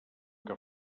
que